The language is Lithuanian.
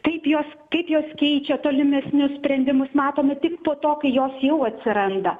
kaip jos kaip jos keičia tolimesnius sprendimus matome tik po to kai jos jau atsiranda